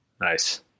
Nice